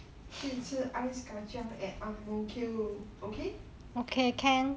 去吃 ice kacang at ang mo kio okay